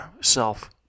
self